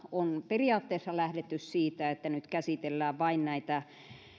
on periaatteessa lähdetty siitä että nyt käsitellään vain